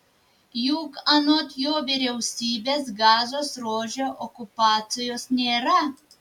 juk anot jo vyriausybės gazos ruože okupacijos nėra